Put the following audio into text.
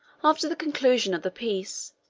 after the conclusion of the peace,